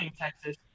Texas